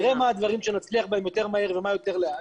נראה מה הדברים שנצליח בהם יותר מהר ומה יותר לאט.